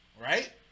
right